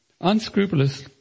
unscrupulous